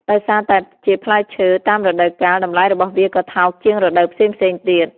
ដោយសារតែជាផ្លែឈើតាមរដូវកាល តម្លៃរបស់វាក៏ថោកជាងរដូវផ្សេងៗទៀត។